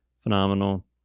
phenomenal